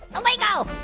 a lego?